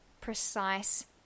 precise